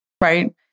right